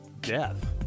death